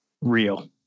real